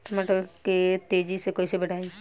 टमाटर के तेजी से कइसे बढ़ाई?